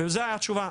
וזו הייתה התשובה,